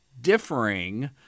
differing